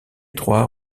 trois